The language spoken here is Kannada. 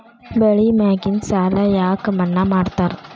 ಬೆಳಿ ಮ್ಯಾಗಿನ ಸಾಲ ಯಾಕ ಮನ್ನಾ ಮಾಡ್ತಾರ?